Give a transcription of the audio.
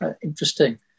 interesting